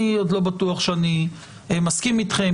אני עוד לא בטוח שאני מסכים אתכם.